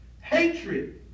Hatred